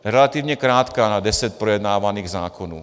Relativně krátká na deset projednávaných zákonů.